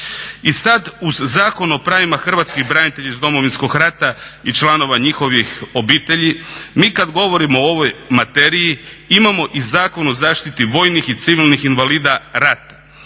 I sada uz Zakon o pravima hrvatskih branitelja iz Domovinskog rata i članova njihovih obitelji, mi kada govorimo o ovoj materiji imamo i Zakon o zaštiti vojnih i civilnih invalida rata